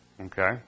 Okay